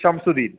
Shamsudeen